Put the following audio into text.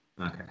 Okay